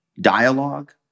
dialogue